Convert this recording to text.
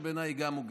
שבעיניי גם היא הוגנת.